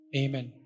amen